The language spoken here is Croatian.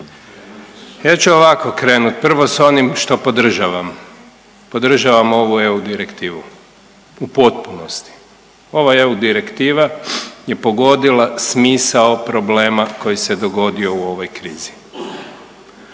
Ja ću ovako krenuti, prvo s onim što podržavam. Podržavam ovu EU direktivu u potpunosti. Ova EU direktiva je pogodila smisao problema koji se dogodio u ovoj krizi.